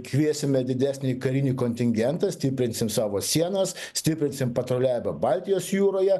kviesime didesnį karinį kontingentą stiprinsim savo sienas stiprinsim patruliavimą baltijos jūroje